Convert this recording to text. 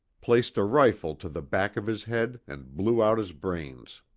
placed a rifle to the back of his head and blew out his brains.